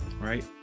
right